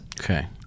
Okay